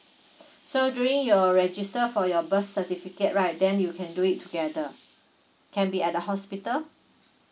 so during your register for your birth certificate right then you can do it together can be at the hospital